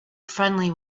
friendly